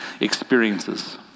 experiences